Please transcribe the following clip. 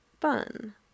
fun